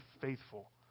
faithful